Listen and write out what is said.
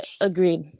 Agreed